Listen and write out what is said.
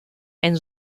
ein